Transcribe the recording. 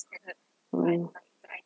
mm